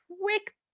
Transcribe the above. quick